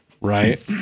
Right